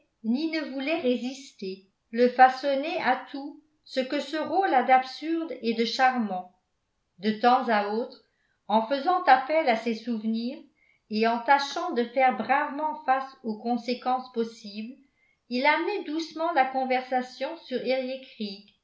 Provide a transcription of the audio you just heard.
ne voulait résister le façonnait à tout ce que ce rôle a d'absurde et de charmant de temps à autre en faisant appel à ses souvenirs et en tâchant de faire bravement face aux conséquences possibles il amenait doucement la conversation sur